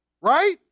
right